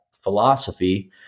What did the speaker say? philosophy